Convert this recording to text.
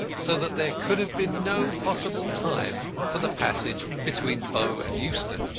so that there could have been no possible time for the passage between bow and euston.